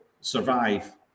survive